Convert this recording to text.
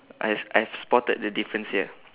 I I've spotted the difference here